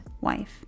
wife